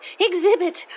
exhibit